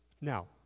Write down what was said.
Now